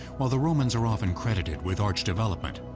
while the romans are often credited with arch development,